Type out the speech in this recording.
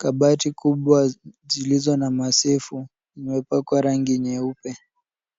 Kabati kubwa zilizo na masifu zimepakwa rangi nyeupe.